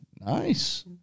nice